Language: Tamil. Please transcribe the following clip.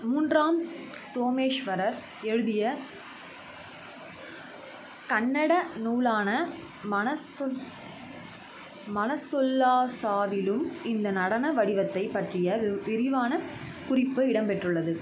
மூன்றாம் சோமேஷ்வரர் எழுதிய கன்னட நூலான மனசொ மனசொல்லாசாவிலும் இந்த நடன வடிவத்தைப் பற்றிய வி விரிவான குறிப்பு இடம்பெற்றுள்ளது